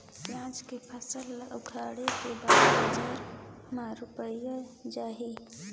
पियाज के फसल ला उखाड़े के बाद बजार मा रुपिया जाही?